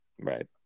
right